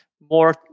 more